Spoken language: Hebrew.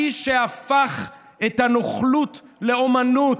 האיש שהפך את הנוכלות לאומנות.